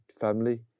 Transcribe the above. family